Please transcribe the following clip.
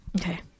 Okay